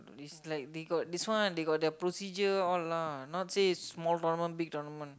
is like they got this one they got the procedures all lah not say small tournament big tournament